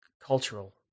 cultural